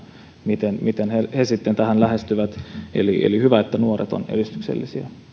miten miten he he sitten tätä lähestyvät eli on hyvä että nuoret ovat edistyksellisiä